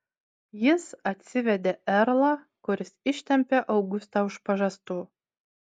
jis atsivedė erlą kuris ištempė augustą už pažastų